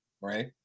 Right